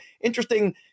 interesting